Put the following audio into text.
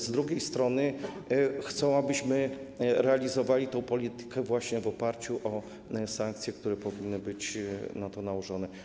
Z drugiej strony chcą one, abyśmy realizowali politykę właśnie w oparciu o sankcje, które powinny być nałożone.